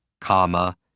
comma